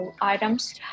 items